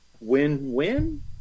win-win